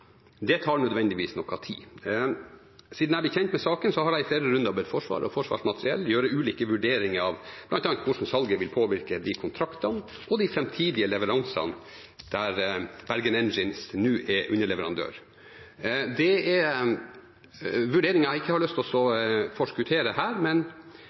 Det tar nødvendigvis noe tid. Siden jeg ble kjent med saken, har jeg i flere runder bedt Forsvaret og Forsvarsmateriell gjøre ulike vurderinger av bl.a. hvordan salget vil påvirke de kontraktene og de framtidige leveransene der Bergen Engines nå er underleverandør. Det er vurderinger jeg ikke har lyst til å forskuttere her, men